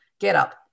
GetUp